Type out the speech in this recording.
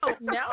no